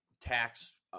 tax